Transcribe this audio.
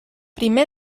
primer